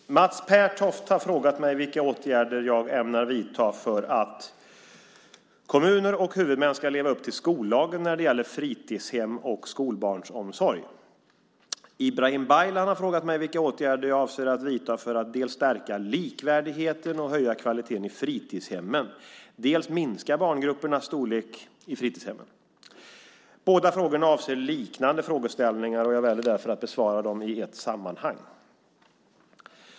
Herr talman! Mats Pertoft har frågat mig vilka åtgärder jag ämnar vidta för att kommuner och huvudmän ska leva upp till skollagen när det gäller fritidshem och skolbarnsomsorg. Ibrahim Baylan har frågat mig vilka åtgärder jag avser att vidta för att dels stärka likvärdigheten och höja kvaliteten i fritidshemmen, dels minska barngruppernas storlek i fritidshemmen. Båda frågorna avser liknande frågeställningar, och jag väljer därför att besvara dem i ett sammanhang.